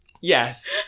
Yes